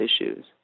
issues